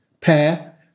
pair